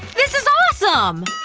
this is awesome!